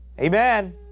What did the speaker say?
Amen